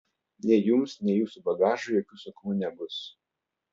nei jums nei jūsų bagažui jokių sunkumų nebus